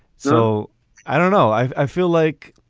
so i don't know. i feel like